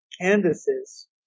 canvases